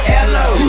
Hello